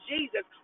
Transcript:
Jesus